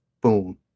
Boom